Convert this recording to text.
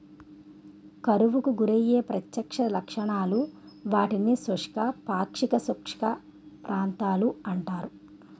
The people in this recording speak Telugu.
కరువుకు గురయ్యే ప్రత్యక్ష లక్షణాలు, వాటిని శుష్క, పాక్షిక శుష్క ప్రాంతాలు అంటారు